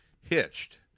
Hitched